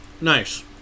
nice